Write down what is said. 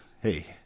hey